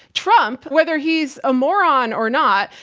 trump, whether he's a moron or not,